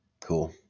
cool